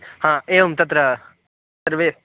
हा एवं तत्र सर्वे